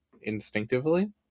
instinctively